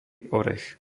orech